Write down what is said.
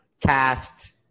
cast